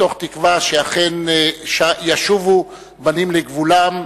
תקווה שאכן ישובו בנים לגבולם,